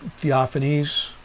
Theophanes